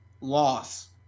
loss